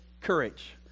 courage